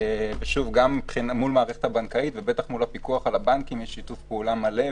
גם מול המערכת הבנקאית ובטח מול הפיקוח על הבנקים בשיתוף פעולה מלא.